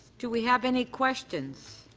do we have any questions?